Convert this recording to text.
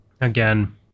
again